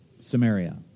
Samaria